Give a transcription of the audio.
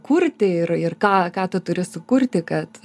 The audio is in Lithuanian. kurti ir ir ką ką tu turi sukurti kad